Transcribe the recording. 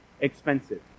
expensive